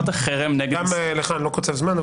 גם לך אני לא קוצב זמן,